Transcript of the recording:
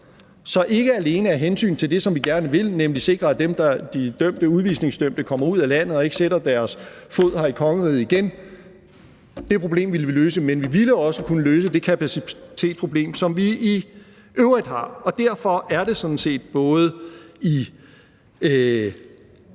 Så ikke alene vil vi sikre det, vi gerne vil, nemlig at de udvisningsdømte kommer ud af landet og ikke sætter deres fod her i kongeriget igen, men vi ville også kunne løse det kapacitetsproblem, som vi i øvrigt har. Derfor er det sådan set både i